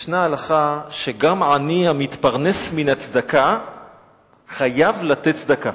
ישנה הלכה שגם עני המתפרנס מן הצדקה חייב לתת צדקה.